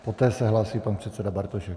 Poté se hlásí pan předseda Bartošek.